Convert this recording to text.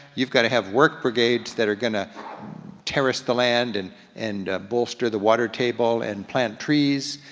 you've gotta have work brigades that are gonna terrace the land, and and bolster the water table, and plant trees.